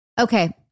Okay